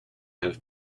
have